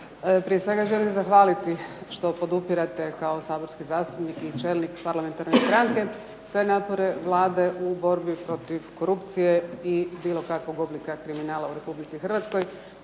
Prije svega želim zahvaliti što podupirete kao saborski zastupnik i čelnik parlamentarne stranke sve napore Vlade u borbi protiv korupcije i bilo kakvog oblika kriminala u Republici Hrvatskoj.